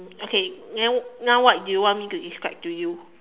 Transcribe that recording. okay then now what do you want me to describe to you